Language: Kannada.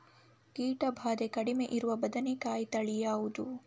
ಕೀಟ ಭಾದೆ ಕಡಿಮೆ ಇರುವ ಬದನೆಕಾಯಿ ತಳಿ ಯಾವುದು?